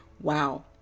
wow